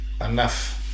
enough